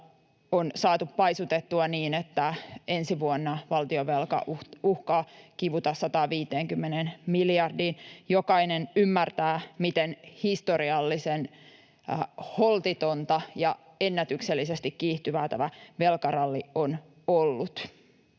on saatu paisutettua niin, että ensi vuonna valtionvelka uhkaa kivuta 150 miljardiin. Jokainen ymmärtää, miten historiallisen holtitonta ja ennätyksellisesti kiihtyvää tämä velkaralli on ollut.